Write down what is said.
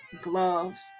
gloves